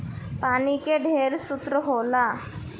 पानी के ढेरे स्रोत होला